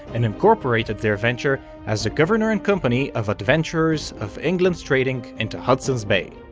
and incorporated their venture as the governor and company of adventurers of england trading into hudson's bay.